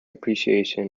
appreciation